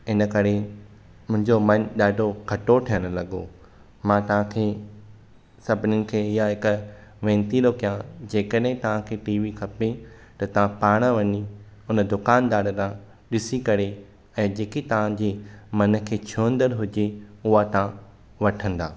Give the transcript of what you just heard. इन करे मुंहिंजो मन ॾाढो खटो थियणु लॻो मां तव्हांखे सभिनिन खे ईअं हिक वेनिती थो कयां जेकॾहिं तव्हांखे टी वी खपे त तव्हां पाण वञी हुन दुकानदार खां ॾिसी करे ऐं जेकी तव्हां जी मन खे छुहंदड़ हुजे उहा तव्हां वठंदा